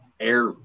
air